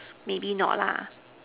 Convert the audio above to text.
maybe not lah